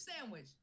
sandwich